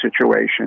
situation